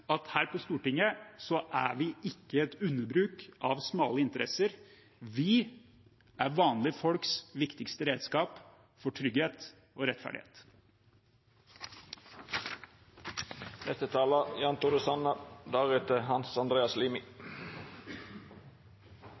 at her på Stortinget er vi ikke et underbruk av smale interesser. Vi er vanlige folks viktigste redskap for trygghet og rettferdighet.